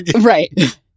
right